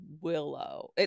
Willow